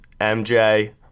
MJ